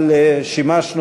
אבל דנו,